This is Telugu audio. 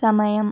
సమయం